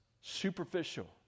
superficial